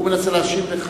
הוא מנסה להשיב לך.